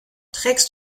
trägst